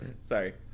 sorry